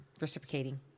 reciprocating